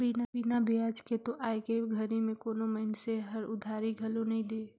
बिना बियाज के तो आयके घरी में कोनो मइनसे हर उधारी घलो नइ दे